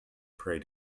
pray